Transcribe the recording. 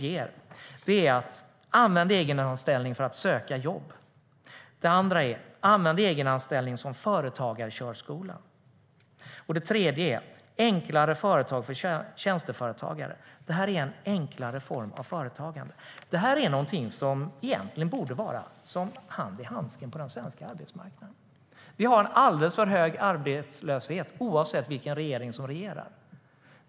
Den första är: Använd egenanställning för att söka jobb. Den andra är: Använd egenanställning som företagarkörskola. Den tredje är: Enklare företag för tjänsteföretagare. Detta är en enklare form av företagande. Detta är något som egentligen skulle passa som hand i handske på den svenska arbetsmarknaden. Vi har en alldeles för hög arbetslöshet, oavsett vilken regering som regerar.